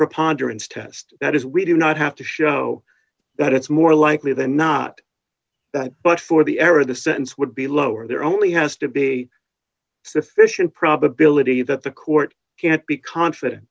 preponderance test that is we do not have to show that it's more likely than not that but for the error the sentence would be lower there only has to be a sufficient probability that the court can't be confident